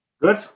Good